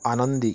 आनंदी